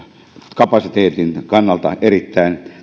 kapasiteetin kannalta erittäin